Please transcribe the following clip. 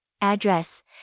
address